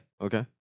okay